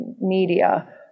media